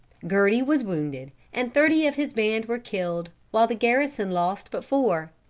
gerty was wounded, and thirty of his band were killed, while the garrison lost but four.